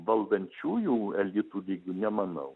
valdančiųjų elitų lygiu nemanau